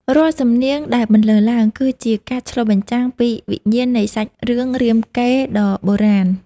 រាល់សំនៀងដែលបន្លឺឡើង គឺជាការឆ្លុះបញ្ចាំងពីវិញ្ញាណនៃសាច់រឿងរាមកេរ្តិ៍ដ៏បុរាណ។